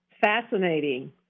Fascinating